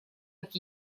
как